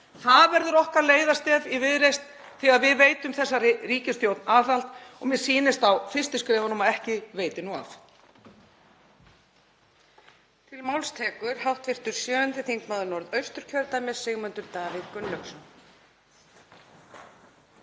Það verður okkar leiðarstef í Viðreisn þegar við veitum þessari ríkisstjórn aðhald og mér sýnist á fyrstu skrefunum að ekki veiti nú af.